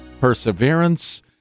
perseverance